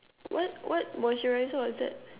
what what moisturizer was that